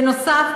בנוסף,